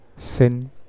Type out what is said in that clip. sin